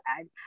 add